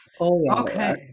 Okay